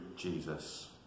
Jesus